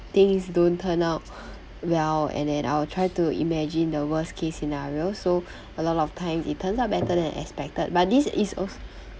things don't turn out well and then I will try to imagine the worst case scenario so a lot of time it turns out better than expected but this is als~